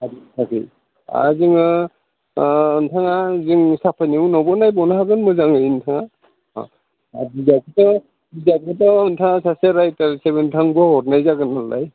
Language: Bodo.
फारि फारि आरो जोङो नोंथाङा जोंनि साफायनाय उनावबो नायबावनो हागोन मोजाङै नोंथाङा अ आरो बिजाबखोथ' बिजाबखोथ' नोंथाङा सासे राइटार हिसाबै नोंथांनोबो हरनाय जागोन नालाय